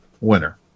winner